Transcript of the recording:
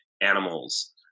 animals